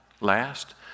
last